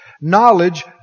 Knowledge